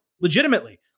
legitimately